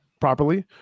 properly